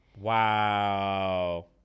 Wow